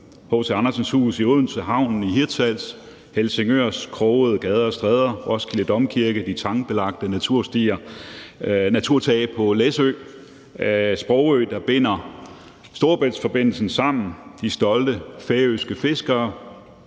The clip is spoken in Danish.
H.C. Andersens Hus i Odense, havnen i Hirtshals, Helsingørs krogede gader og stræder, Roskilde Domkirke, de tangbelagte naturstier, naturtagene på Læsø, Sprogø, der binder Storebæltsforbindelsen sammen, de stolte færøske fiskere,